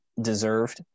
deserved